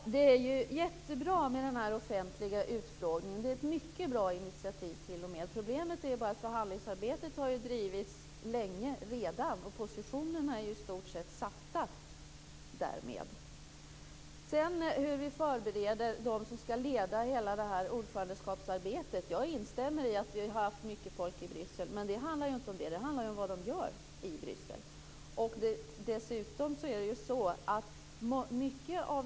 Fru talman! Det är jättebra med den här offentliga utfrågningen. Det är t.o.m. ett mycket bra initiativ. Problemet är bara att förhandlingsarbetet redan har drivits länge. Positionerna är därmed i stort sett satta. Sedan gäller det hur vi förbereder dem som skall leda ordförandeskapsarbetet. Jag instämmer i att vi har haft mycket folk i Bryssel. Men det handlar ju inte om hur många de är. Det handlar ju om vad de gör i Bryssel.